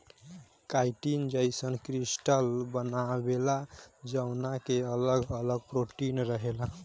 chitin जईसन crystal बनावेला जवना के अगल अगल प्रोटीन रहेला